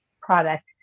product